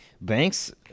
banks